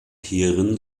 hierin